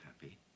happy